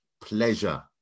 pleasure